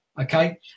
okay